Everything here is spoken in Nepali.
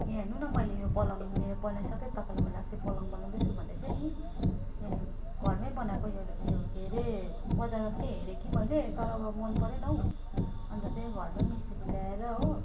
यहाँ हेर्नु न मैले यो पलङ मेरो बनाई सकेँ तपाईँलाई मैले अस्ति पलङ बनाउँदैछु भन्दैथिएँ नि यहाँनिर घरमै बनाएको यो यो के रे बजारमा पनि हेरेँ कि मैले तर अब मन परेन हौ अन्त चाहिँ घरमै मिस्त्री ल्याएर हो